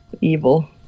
evil